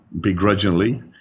begrudgingly